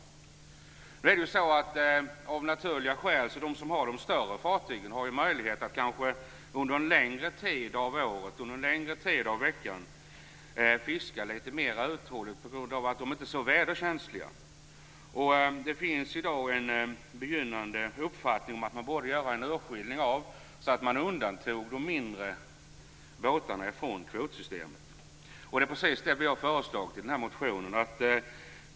De som har de större fartygen har möjligheter att under längre tid, av veckan och av året, fiska mera uthålligt, eftersom dessa fartyg inte är så väderkänsliga. Det finns i dag en begynnande uppfattning att man borde undanta de mindre båtarna från kvotsystemet, och det är vad vi har föreslagit i motionen.